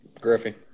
Griffey